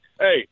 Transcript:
hey